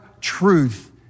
truth